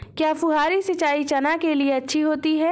क्या फुहारी सिंचाई चना के लिए अच्छी होती है?